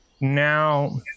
Now